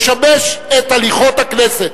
לשבש את הליכות הכנסת.